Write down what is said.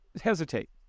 hesitate